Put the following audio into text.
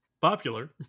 popular